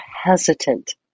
hesitant